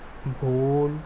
ভোল